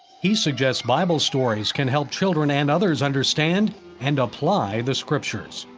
he suggests bible stories can help children and others understand and apply the scriptures.